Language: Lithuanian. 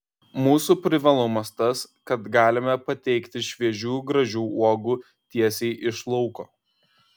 mūsų privalumas tas kad galime pateikti šviežių gražių uogų tiesiai iš lauko